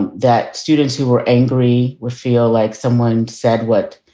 and that students who were angry would feel like someone said what